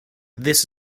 this